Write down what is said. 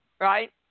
right